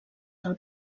del